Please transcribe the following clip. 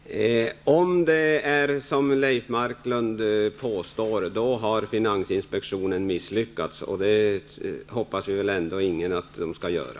Herr talman! Om det är som Leif Marklund påstår har finansinspektionen misslyckats. Det hoppas väl ändå inte någon att den skall göra.